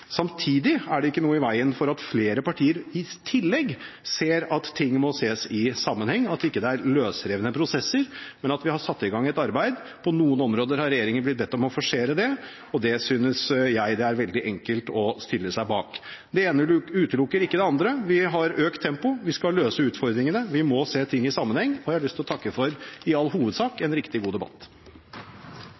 Samtidig er det ikke noe i veien for at flere partier i tillegg ser at ting må ses i sammenheng, og at det ikke er løsrevne prosesser, men at vi har satt i gang et arbeid. På noen områder har regjeringen blitt bedt om å forsere det, og det synes jeg det er veldig enkelt å stille seg bak. Det ene utelukker ikke det andre. Vi har økt tempoet, vi skal løse utfordringene, vi må se ting i sammenheng, og jeg har lyst til å takke for – i all hovedsak – en riktig god debatt.